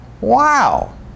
Wow